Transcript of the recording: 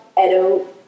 edo